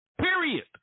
Period